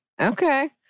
Okay